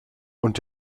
und